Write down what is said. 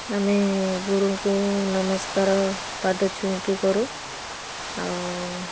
ଆମେ ଗୁରୁଙ୍କୁ ନମସ୍କାର ପାଦ ଛୁଇଁକି କରୁ ଆଉ